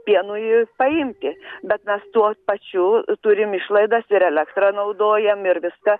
pienui paimti bet mes tuo pačiu turim išlaidas ir elektrą naudojam ir viską